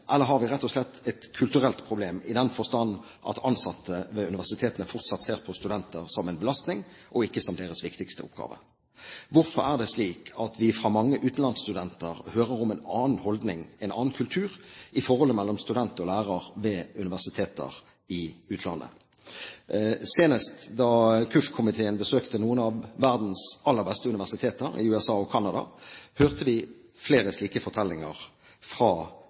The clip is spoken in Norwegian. Eller har vi rett og slett et kulturelt problem, i den forstand at ansatte ved universitetene fortsatt ser på studenter som en belastning, og ikke som deres viktigste oppgave? Hvorfor er det slik at vi fra mange utenlandsstudenter hører om en annen holdning, en annen kultur, i forholdet mellom student og lærer ved universiteter i utlandet? Senest da KUF-komiteen besøkte noen av verdens aller beste universiteter i USA og Canada, hørte vi flere slike fortellinger fra